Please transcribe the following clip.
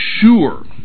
sure